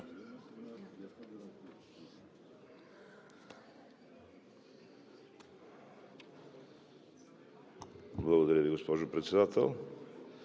Благодаря Ви, госпожо Председател.